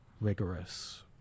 rigorous